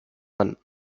one